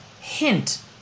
hint